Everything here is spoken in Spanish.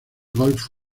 golf